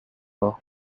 war